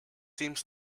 seems